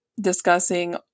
discussing